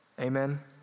Amen